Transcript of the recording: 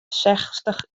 sechstich